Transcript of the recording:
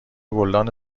گلدان